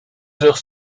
heures